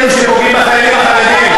צריכים לגנות את אלה שפוגעים בחיילים החרדים.